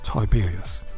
Tiberius